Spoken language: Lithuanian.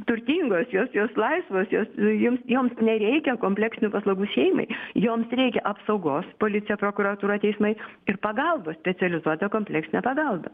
turtingos jos jos laisvos jos joms joms nereikia kompleksinių paslaugų šeimai joms reikia apsaugos policija prokuratūra teismai ir pagalba specializuota kompleksinė pagalba